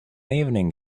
evening